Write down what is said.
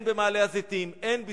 הן במעלה-הזיתים, הן בסילואן,